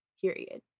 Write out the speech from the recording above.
period